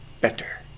better